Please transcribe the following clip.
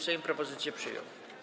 Sejm propozycję przyjął.